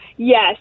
Yes